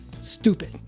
stupid